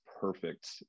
perfect